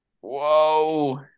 Whoa